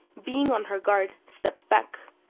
being on her guard, stepped back,